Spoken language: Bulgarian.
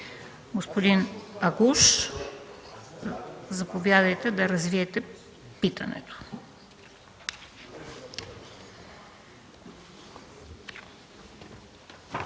Господин Агуш, заповядайте да развиете питането.